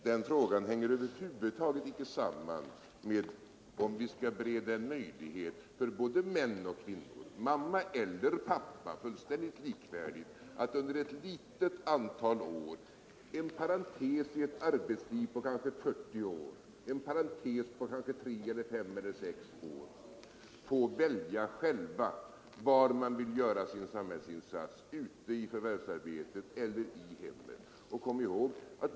Den frågan hänger över huvud taget inte samman med om vi skall bereda möjlighet för både män och kvinnor, mamma eller pappa, att under ett litet antal år — en parentes på kanske tre eller fem eller sex år i ett arbetsliv på kanske 40 år — själva få välja var de vill göra sin samhällsinsats, ute i förvärvsarbetet eller i hemmet.